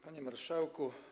Panie Marszałku!